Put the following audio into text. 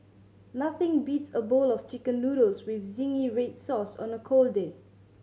nothing beats a bowl of Chicken Noodles with zingy red sauce on a cold day